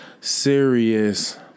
serious